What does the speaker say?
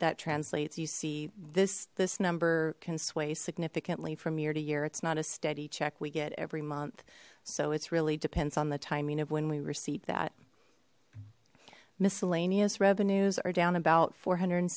that translates you see this this number can sway significantly from year to year it's not a steady check we get every month so it really depends on the timing of when we receive that miscellaneous revenues are down about four hundred and